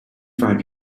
five